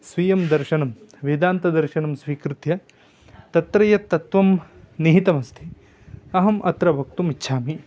स्वीयं दर्शनं वेदान्तदर्शनं स्वीकृत्य तत्र यत् तत्वं निहितमस्ति अहम् अत्र वक्तुमिच्छामि